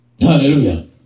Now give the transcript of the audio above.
Hallelujah